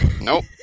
Nope